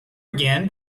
again